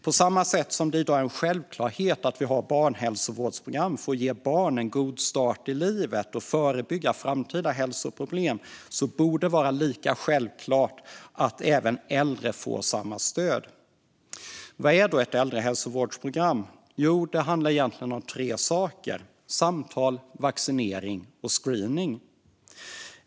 På samma sätt som det i dag är en självklarhet att vi har barnhälsovårdsprogram för att ge barn en god start i livet och förebygga framtida hälsoproblem borde det vara självklart att även äldre får samma stöd. Vad är då ett äldrehälsovårdsprogram? Det handlar egentligen om tre saker: samtal, vaccinering och screening.